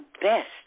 best